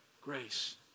grace